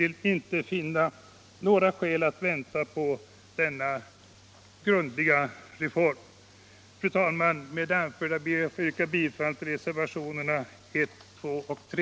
Med det anförda ber jag att få yrka bifall till reservationerna 1, 2 och 3.